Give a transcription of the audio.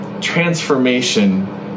transformation